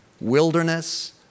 wilderness